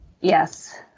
Yes